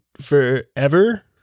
forever